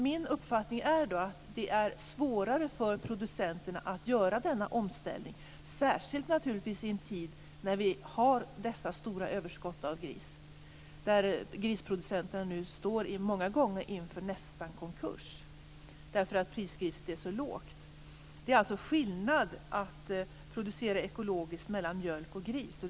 Min uppfattning är att det är svårare för producenterna att göra denna omställning, särskilt naturligtvis i en tid när vi har dessa stora överskott av gris. Grisproducenterna står många gånger nästan inför konkurs därför att grispriset är så lågt. Det är alltså skillnad mellan mjölk och gris när det gäller att producera ekologiskt.